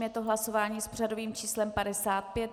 Je to hlasování s pořadovým číslem 55.